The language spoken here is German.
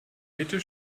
mitte